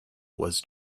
was